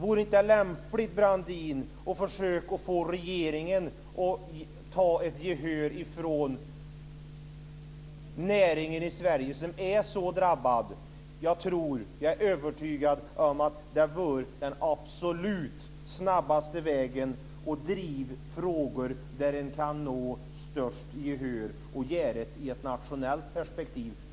Vore det inte lämpligt att försöka få regeringens gehör för näringen i Sverige som är så drabbad? Jag är övertygad om att det är den absolut snabbaste vägen att driva frågor där man kan få störst gehör och att först och främst göra det i ett nationellt perspektiv.